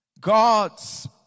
God's